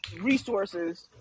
resources